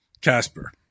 Casper